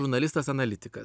žurnalistas analitikas